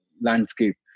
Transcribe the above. landscape